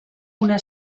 una